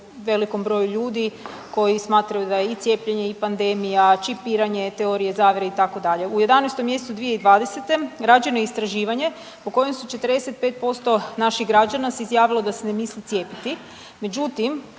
velikom broju ljudi koji smatraju da je i cijepljenje, i pandemije, čipiranje, teorije zavjere itd. U 11. mjesecu 2020. rađeno je istraživanje po kojem su 45% naših građana se izjavilo da se ne misli cijepiti.